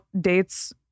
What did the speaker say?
dates